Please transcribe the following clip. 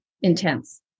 intense